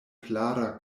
klara